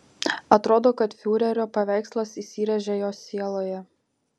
atrodo kad fiurerio paveikslas įsirėžė jo sieloje